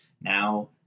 now